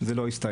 זה לא הסתיים.